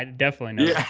and definitely.